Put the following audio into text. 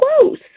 close